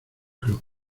club